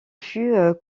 fut